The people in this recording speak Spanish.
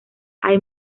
hay